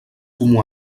comú